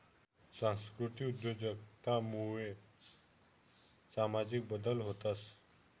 सांस्कृतिक उद्योजकता मुये सामाजिक बदल व्हतंस